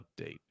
update